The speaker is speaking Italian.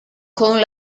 con